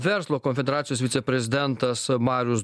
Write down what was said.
verslo konfederacijos viceprezidentas marius